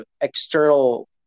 external